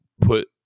put